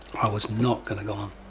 i was not gonna go on.